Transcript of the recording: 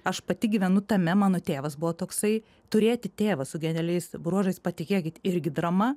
aš pati gyvenu tame mano tėvas buvo toksai turėti tėvą su genialiais bruožais patikėkit irgi drama